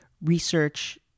research